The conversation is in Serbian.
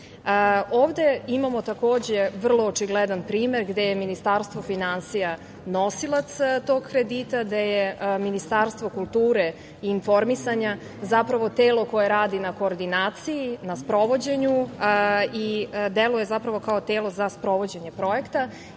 Ovde imamo takođe vrlo očigledan primer gde je Ministarstvo finansija nosilac tog kredita, gde je Ministarstvo kulture i informisanja zapravo telo koje radi na koordinaciji, na sprovođenju i deluje zapravo kao telo za sprovođenje projekta.